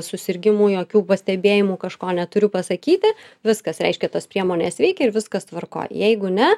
susirgimų jokių pastebėjimų kažko neturiu pasakyti viskas reiškia tos priemonės veikia ir viskas tvarkoj jeigu ne